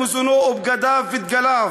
בעיניה, היא נלחמת.